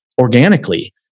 organically